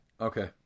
Okay